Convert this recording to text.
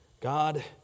God